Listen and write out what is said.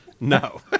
No